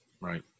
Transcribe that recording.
Right